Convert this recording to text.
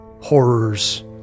horrors